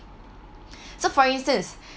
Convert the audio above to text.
so for instance